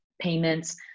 payments